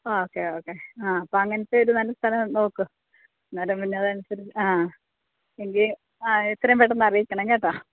okay okay ആ അപ്പം അങ്ങനെത്തെ ഒരു നല്ല സ്ഥലം നോക്ക് അന്നേരം പിന്നെ അതനുസരിച്ച് ആ എങ്കിൽ ആ എത്രയും പെട്ടെന്ന് അറിയിക്കണം കേട്ടോ